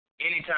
anytime